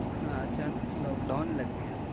اچانک lockdown لگ گیا